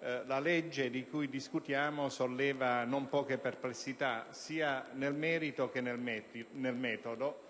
la legge di cui discutiamo solleva non poche perplessità, sia nel merito che nel metodo,